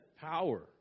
power